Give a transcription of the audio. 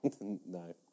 No